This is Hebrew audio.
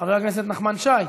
חבר הכנסת נחמן שי,